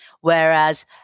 whereas